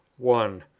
one.